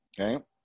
okay